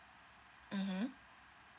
(uh huh)